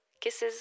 Kisses